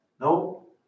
No